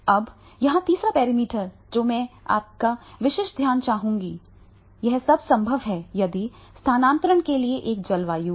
अब यहां तीसरा पैरामीटर जो मैं आपका विशिष्ट ध्यान चाहूंगा यह सब संभव है यदि स्थानांतरण के लिए एक जलवायु है